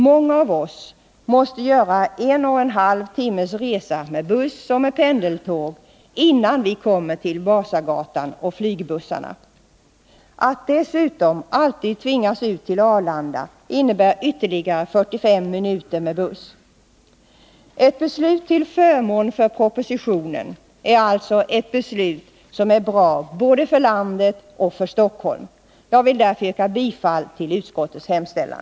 Många av oss måste göra en resa på en och en halv timme med buss och pendeltåg innan vi kommer till Vasagatan och flygbussarna. Att dessutom alltid tvingas ut till Arlanda innebär ytterligare 45 minuter med buss. Ett beslut till förmån för propositionen är alltså ett beslut som är bra både för landet och för Stockholm. Jag vill därför yrka bifall till utskottets hemställan. '